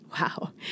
Wow